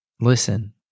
Listen